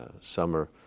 summer